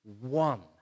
one